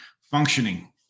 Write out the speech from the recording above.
functioning